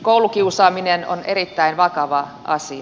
koulukiusaaminen on erittäin vakava asia